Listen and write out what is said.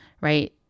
right